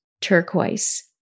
turquoise